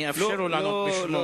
אני אאפשר לו לענות בשמו.